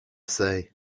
say